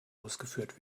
ausgeführt